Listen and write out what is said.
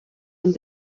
and